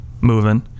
moving